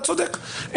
אתה צודק.